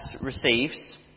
receives